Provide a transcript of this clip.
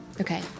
Okay